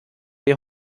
wir